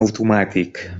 automàtic